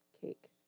cake